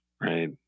right